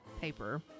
paper